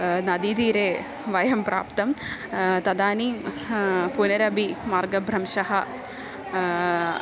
नदीतीरे वयं प्राप्तं तदानीं पुनरपि मार्गभ्रंशः